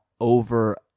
over